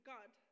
God